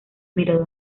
mirador